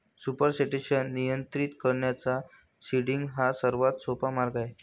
supersaturation नियंत्रित करण्याचा seeding हा सर्वात सोपा मार्ग आहे